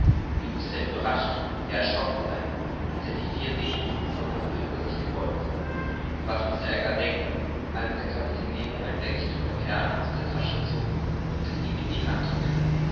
wie mußte er überrascht ja erschrocken sein als er die vier dicken kupferköpfe über sich gebeugt sah und was mußte er gar denken als der kapitän nemo ein säckchen voll perlen aus der tasche zog und es ihm in die hand drückte